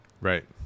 Right